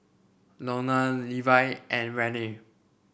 Lorna Levi and Renae